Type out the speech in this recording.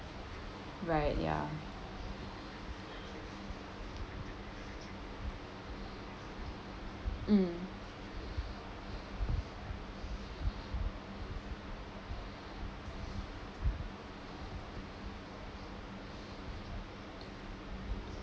right ya mm